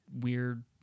weird